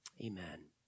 Amen